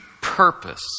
purpose